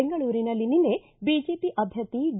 ಬೆಂಗಳೂರಿನಲ್ಲಿ ನಿನ್ನೆ ಬಿಜೆಪಿ ಅಭ್ಯರ್ಥಿ ಡಿ